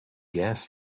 gas